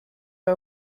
are